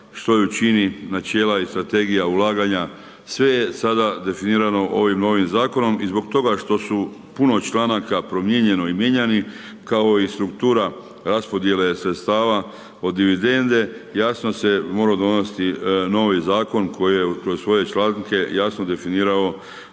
što ju čini, načela i strategija ulaganja, sve je sada definirano ovim novim Zakonom i zbog toga što su puno članaka promijenjeno i mijenjani kao i struktura raspodjele sredstava od dividende, jasno se mora donositi novi Zakon koji je kroz svoje članke jasno definirao